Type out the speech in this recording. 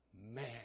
man